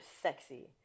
sexy